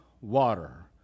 water